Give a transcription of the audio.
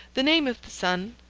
the name of the son,